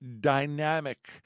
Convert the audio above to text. dynamic